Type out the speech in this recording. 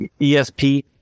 ESP